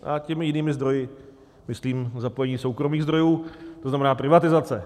A těmi jinými zdroji myslím zapojení soukromých zdrojů, to znamená privatizace.